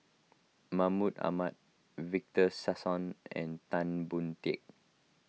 Mahmud Ahmad Victor Sassoon and Tan Boon Teik